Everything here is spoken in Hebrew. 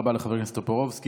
תודה רבה לחבר הכנסת טופורובסקי.